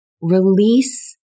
release